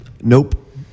Nope